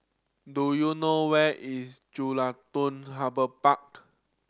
do you know where is Jelutung Harbour Park